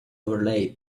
overlay